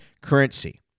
currency